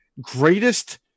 greatest